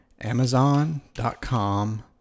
Amazon.com